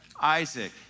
Isaac